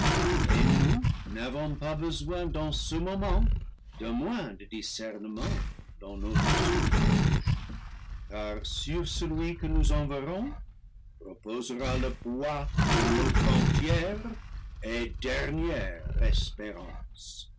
et nous n'avons pas besoin dans ce moment de moins de discernement dans notre suffrage car sur celui que nous enverrons reposera le poids de notre entière et dernière espérance